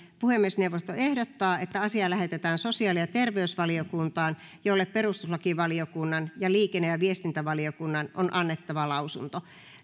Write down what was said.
puhemiesneuvosto ehdottaa että asia lähetetään sosiaali ja terveysvaliokuntaan jolle perustuslakivaliokunnan ja liikenne ja viestintävaliokunnan on annettava lausunto